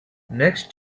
next